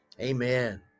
Amen